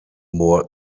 more